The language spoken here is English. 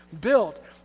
built